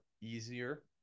easier